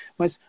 mas